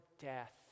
death